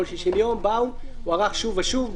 בכל 60 יום באו, ומצב החירום הוארך שוב ושוב.